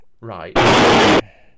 Right